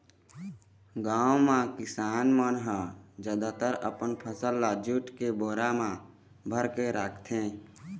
गाँव म किसान मन ह जादातर अपन फसल ल जूट के बोरा म भरके राखथे